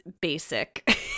basic